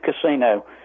casino